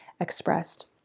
expressed